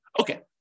Okay